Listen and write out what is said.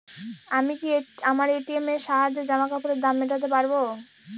আমি কি আমার এ.টি.এম এর সাহায্যে জামাকাপরের দাম মেটাতে পারব?